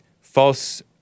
false